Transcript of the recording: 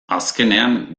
azkenean